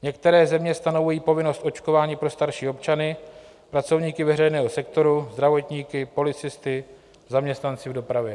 Některé země stanovují povinnost očkování pro starší občany, pracovníky veřejného sektoru, zdravotníky, policisty, zaměstnance v dopravě.